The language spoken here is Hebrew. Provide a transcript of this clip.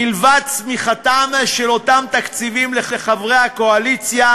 מלבד צמיחתם של אותם תקציבים לחברי הקואליציה,